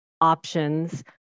options